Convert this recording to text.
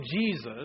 Jesus